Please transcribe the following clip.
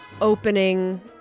opening